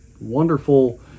wonderful